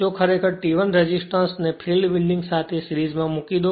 જો ખરેખર T1 resistance ને ફિલ્ડ વિન્ડિંગ સાથેની સિરીજ માં મૂકી દો